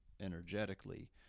energetically